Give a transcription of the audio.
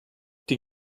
die